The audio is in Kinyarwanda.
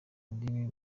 ndimi